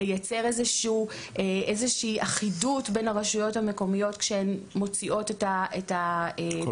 לייצר איזושהי אחידות בין הרשויות